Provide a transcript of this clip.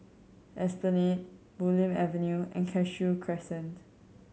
Esplanade Bulim Avenue and Cashew Crescent